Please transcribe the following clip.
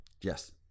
Yes